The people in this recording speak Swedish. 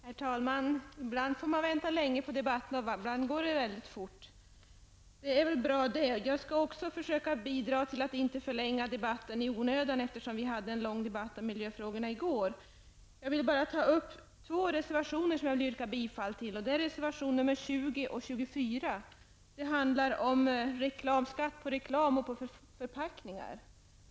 Herr talman! Ibland får man vänta länge på debatten, och ibland går det mycket fort. Det är väl bra. Jag skall också försöka bidra till att inte förlänga debatten i onödan, eftersom vi hade en lång debatt om miljöfrågorna i går. Jag vill bara ta upp två reservationer som jag vill yrka bifall till. Det är reservationerna 20 och 24. De handlar om skatt på reklam och förpackningar.